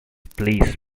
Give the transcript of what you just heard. please